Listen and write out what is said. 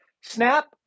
snap